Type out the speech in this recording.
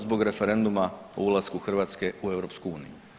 Zbog referenduma o ulasku Hrvatske u EU.